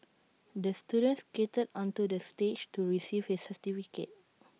the student skated onto the stage to receive his certificate